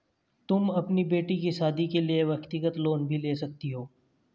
तुम अपनी बेटी की शादी के लिए व्यक्तिगत लोन भी ले सकती हो